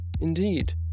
indeed